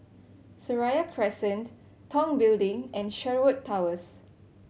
Seraya Crescent Tong Building and Sherwood Towers